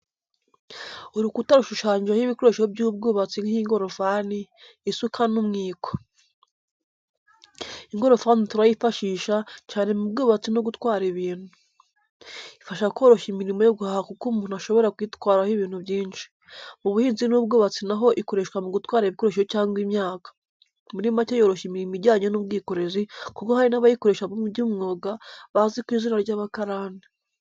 Urukuta rushushanyijeho ibikoresho by'ubwubatsi nk'ingorofani, isuka n'umwiko. Ingorofani turayifashisha, cyane mu bwubatsi no gutwara ibintu. Ifasha koroshya imirimo yo guhaha kuko umuntu ashobora kuyitwaraho ibintu byinshi. Mu buhinzi n’ubwubatsi naho ikoreshwa mu gutwara ibikoresho cyangwa imyaka. Muri make yoroshya imirimo ijyanye n’ubwikorezi kuko hari n’abayikoresha by’umwuga bazwi ku izina ry’abakarani.